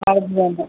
അതുതന്നെ